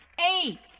eight